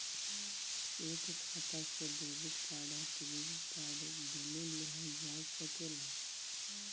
एक खाता से डेबिट कार्ड और क्रेडिट कार्ड दुनु लेहल जा सकेला?